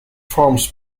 forms